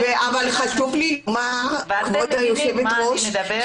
ואתם מבינים מה אני מדברת.